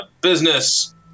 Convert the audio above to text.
Business